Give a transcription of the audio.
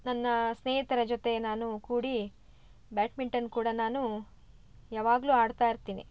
ನನ್ನ ಸ್ನೇಹಿತರ ಜೊತೆ ನಾನು ಕೂಡಿ ಬ್ಯಾಟ್ಮಿಂಟನ್ ಕೂಡ ನಾನು ಯಾವಾಗಲೂ ಆಡ್ತಾಯಿರ್ತೀನಿ